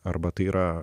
arba tai yra